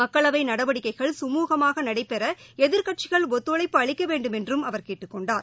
மக்களவை நடவடிக்கைகள் கமூக நடைபெற எதிர்கட்சிகள் ஒத்துழைப்பு அளிக்க வேண்டும் என்றும் அவர் கேட்டுக் கொண்டார்